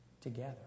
Together